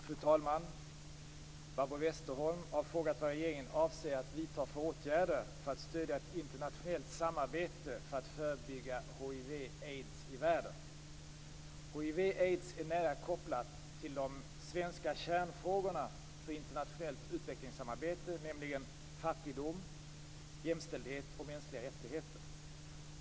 Fru talman! Barbro Westerholm har frågat vad regeringen avser att vidta för åtgärder för att stödja ett internationellt samarbete för att förebygga hiv aids är nära kopplat till de svenska kärnfrågorna för internationellt utvecklingssamarbete, nämligen fattigdom, jämställdhet och mänskliga rättigheter.